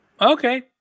Okay